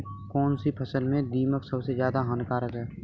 कौनसी फसल में दीमक सबसे ज्यादा हानिकारक है?